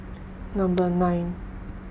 Number nine